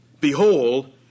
Behold